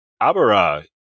Abara